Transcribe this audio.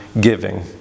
giving